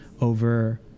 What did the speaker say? over